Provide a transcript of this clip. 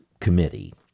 committee